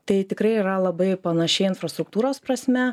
tai tikrai yra labai panašiai infrastruktūros prasme